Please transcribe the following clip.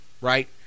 right